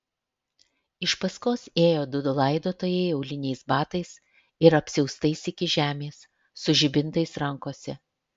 iš paskos ėjo du laidotojai auliniais batais ir apsiaustais iki žemės su žibintais rankose